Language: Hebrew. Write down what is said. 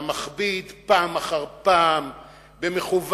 אתה מכביד פעם אחר פעם במכוון,